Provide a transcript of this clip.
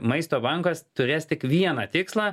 maisto bankas turės tik vieną tikslą